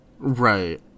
Right